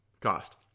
cost